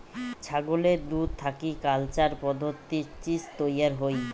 ছাগলের দুধ থাকি কালচার পদ্ধতিত চীজ তৈয়ার হই